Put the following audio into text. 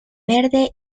verde